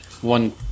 one